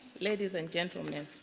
ladies and gentlemen.